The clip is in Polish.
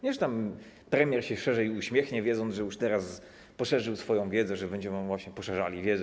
Nie, że tam premier się szerzej uśmiechnie, wiedząc, że już teraz poszerzył swoją wiedzę, że będziemy właśnie poszerzali wiedzę.